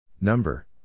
Number